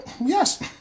yes